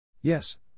Yes